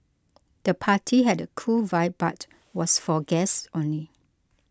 the party had a cool vibe but was for guests only